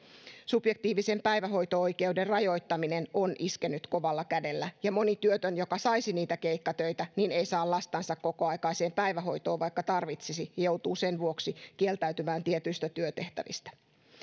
subjektiivisen päivähoito oikeuden rajoittaminen on iskenyt kovalla kädellä ja moni työtön joka saisi niitä keikkatöitä ei saa lastansa kokoaikaiseen päivähoitoon vaikka tarvitsisi ja joutuu sen vuoksi kieltäytymään tietyistä työtehtävistä